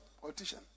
politician